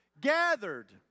gathered